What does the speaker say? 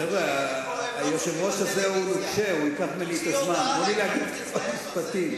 כיוון שפה הם לא צופים בטלוויזיה.